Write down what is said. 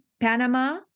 panama